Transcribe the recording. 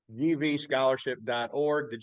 gvscholarship.org